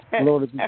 Lord